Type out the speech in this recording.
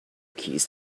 keys